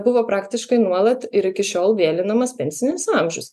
buvo praktiškai nuolat ir iki šiol vėlinamas pensinis amžius